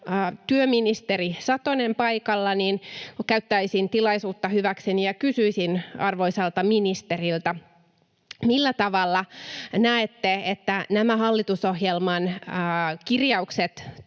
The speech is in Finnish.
työministeri Satonen paikalla, niin käyttäisin tilaisuutta hyväkseni ja kysyisin arvoisalta ministeriltä: millä tavalla näette, että nämä hallitusohjelman kirjaukset